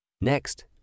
Next